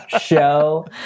show